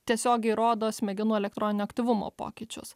tiesiogiai rodo smegenų elektroninio aktyvumo pokyčius